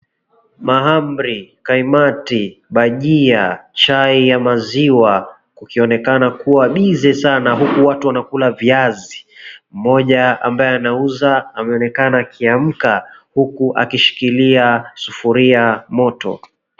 Mahamri, kaimati, bhajia, chai ya maziwa kukionekana kuwa bize sana huku watu wanakula viazi. Mmoja ambaye anauza ameonekana akiamka huku akishikilia sufuria moto.